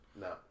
No